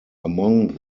among